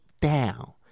down